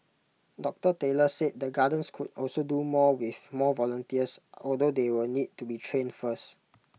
doctor Taylor said the gardens could also do more with more volunteers although they will need to be trained first